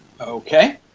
Okay